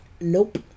Nope